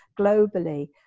globally